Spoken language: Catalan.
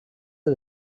del